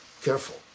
careful